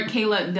Kayla